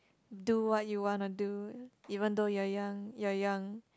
do what you wanna do even though you're young you're young